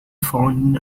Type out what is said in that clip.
found